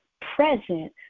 present